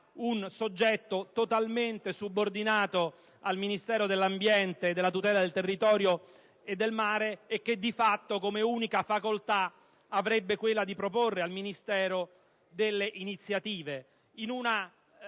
un soggetto totalmente subordinato al Ministero dell'ambiente e della tutela del territorio e del mare; di fatto, come unica facoltà, avrebbe quella di proporre iniziative